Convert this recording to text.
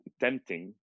tempting